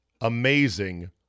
amazing